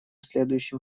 следующим